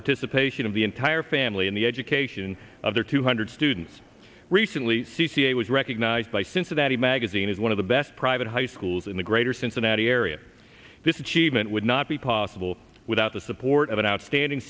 participation of the entire family in the education of their two hundred students recently c c a was recognized by cincinnati magazine as one of the best private high schools in the greater cincinnati area this is cheeseman would not be possible without the support of an outstanding